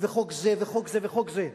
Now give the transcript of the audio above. וחוק זה, וחוק זה, וחוק זה,